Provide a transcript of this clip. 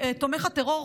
תומך הטרור,